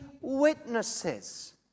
witnesses